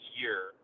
year